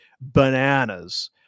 bananas